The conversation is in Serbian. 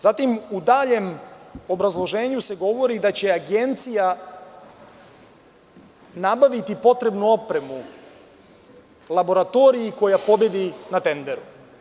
Zatim, u daljem obrazloženju se govori da će Agencija nabaviti potrebnu opremu laboratoriji koja pobedi na tenderu.